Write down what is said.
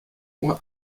uhr